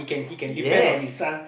yes